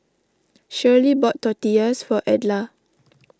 Shirley bought Tortillas for Edla